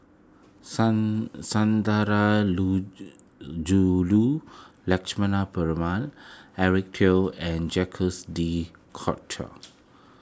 Sun Sun Dara Lu Jew Lu Lakshmana Perumal Eric Teo and Jacques De Coutre